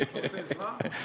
אתה רוצה עזרה?